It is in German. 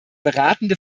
beratende